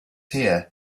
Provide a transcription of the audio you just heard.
here